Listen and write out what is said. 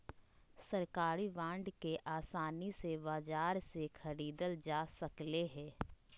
सरकारी बांड के आसानी से बाजार से ख़रीदल जा सकले हें